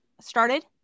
started